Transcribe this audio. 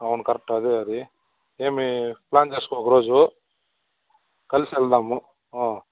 అవును కరెక్ట్ అదే అది ఏమి ప్లాన్ చేసుకో ఒకరోజు కలిసి వెళదాము